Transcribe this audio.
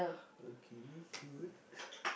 okay good